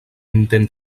intent